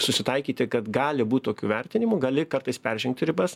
susitaikyti kad gali būt tokių vertinimų gali kartais peržengti ribas